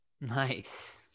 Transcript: Nice